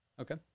okay